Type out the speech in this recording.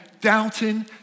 doubting